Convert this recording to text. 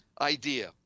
idea